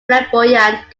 flamboyant